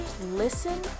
listen